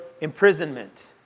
imprisonment